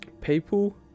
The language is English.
people